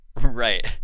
Right